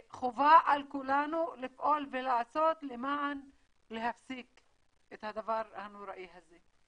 חובה על כולנו לפעול ולעשות למען להפסיק את הדבר הנוראי הזה.